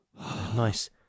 Nice